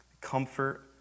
comfort